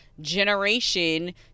generation